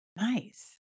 Nice